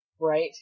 Right